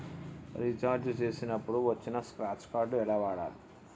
Recharge చేసినప్పుడు వచ్చిన scratch card ఎలా వాడాలి?